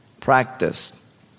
practice